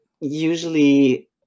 usually